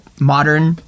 modern